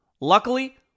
Luckily